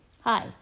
Hi